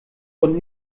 und